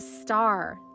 star